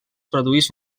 produeix